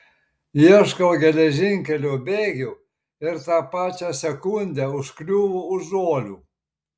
ieškau geležinkelio bėgių ir tą pačią sekundę užkliūvu už žuolių